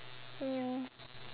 ya